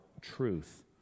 truth